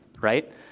right